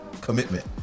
commitment